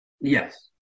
Yes